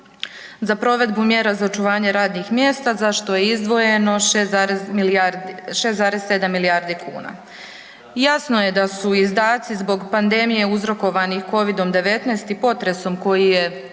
za provedbu mjera za očuvanje radnih mjesta za što je izdvojeno 6 zarez milijardi, 6,7 milijardi kuna. Jasno je da su izdaci zbog pandemije uzrokovanih Covidom-19 i potresom koji je